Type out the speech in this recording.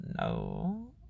no